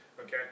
Okay